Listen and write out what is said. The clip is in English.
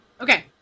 Okay